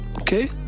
Okay